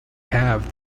have